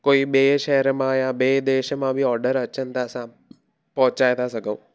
कोई ॿिए शहर मां या ॿिए देश मां बि ऑडर अचनि था असां पहुचाए था सघूं